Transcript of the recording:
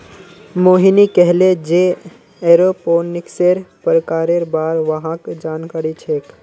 मोहिनी कहले जे एरोपोनिक्सेर प्रकारेर बार वहाक जानकारी छेक